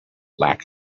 lack